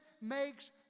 makes